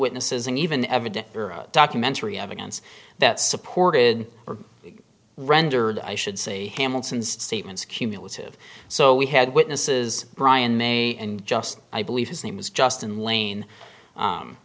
witnesses and even evidence documentary evidence that supported or rendered i should say hamilton's statements cumulative so we had witnesses brian may and just i believe his name was justin lane